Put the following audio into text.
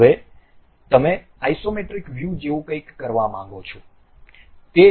હવે તમે isometric view જેવું કંઈક કરવા માંગો છો